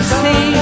see